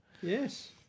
Yes